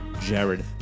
Jared